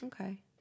Okay